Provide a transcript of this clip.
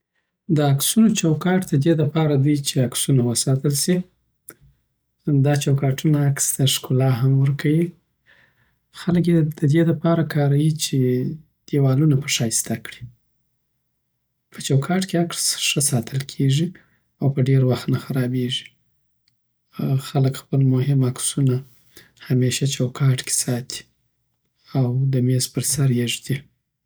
دعکسونو چوکاټ ددی دپاره دي چې عکسونه وساتل سی دا چوکاټونه عکس ته ښکلا هم ورکوي. خلک یې د دې د پاره کاریی چې دیوالونه په ښايسته کړي. په چوکاټ کی عکس ښه ساتل کیږی او په ډير وخت نه خرابېږي خلګ خپل مهم عکسونه همیشه چوکاټ کی ساتی او دمیز پرسر یی ږدی